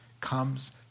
comes